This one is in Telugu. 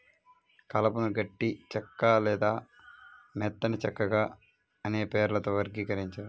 కలపను గట్టి చెక్క లేదా మెత్తని చెక్కగా అనే పేర్లతో వర్గీకరించారు